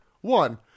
one